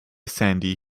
sandy